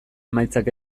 emaitzak